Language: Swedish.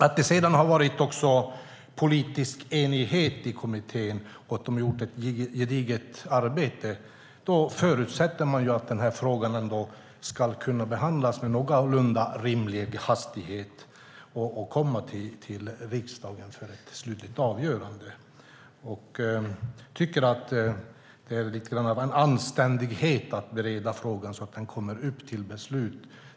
Då det sedan har varit politisk enighet i kommittén och de gjort ett gediget arbete förutsätter man ändå att den här frågan ska kunna behandlas med någorlunda rimlig hastighet och att den ska komma till riksdagen för ett slutligt avgörande. Jag tycker att det är lite grann av en anständighet att bereda frågan så att den kommer upp till beslut.